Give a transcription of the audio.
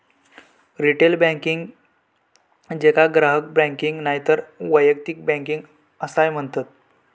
retail banking, जेका ग्राहक banking नायतर वैयक्तिक बँकिंग असाय म्हणतत